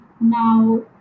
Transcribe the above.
Now